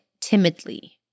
timidly